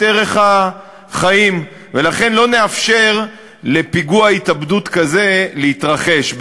ערך החיים ולכן לא נאפשר לפיגוע התאבדות כזה להתרחש,